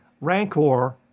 Rancor